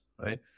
right